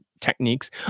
techniques